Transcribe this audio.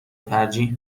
ترجیح